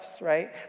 right